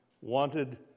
Wanted